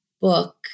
book